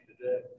today